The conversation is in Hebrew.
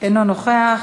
אינו נוכח,